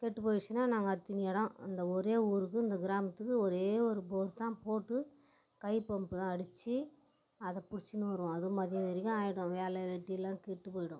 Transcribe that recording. கெட்டு போயிடுச்சுன்னால் நாங்கள் அத்தினி இடம் அந்த ஒரே ஊருக்கு இந்த கிராமத்துக்கு ஒரே ஒரு போர் தான் போட்டு கை பம்ப்பு தான் அடித்து அதை பிடிச்சின்னு வருவோம் அது மதியம் வரைக்கும் ஆயிடும் வேலை வெட்டிலாம் கெட்டு போயிடும்